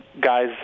guys